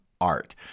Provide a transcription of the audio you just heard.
art